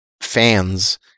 fans